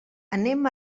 anem